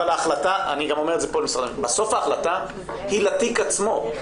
אבל בסוף ההחלטה היא לתיק עצמו.